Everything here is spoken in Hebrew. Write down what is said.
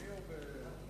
בעממי?